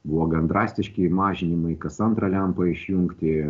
buvo gan drastiški mažinimai kas antrą lempą išjungti